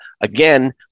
Again